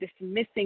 dismissing